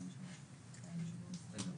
יודעת